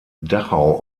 dachau